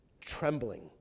trembling